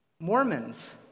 Mormons